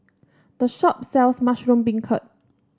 the shop sells Mushroom Beancurd